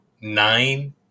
nine